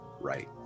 right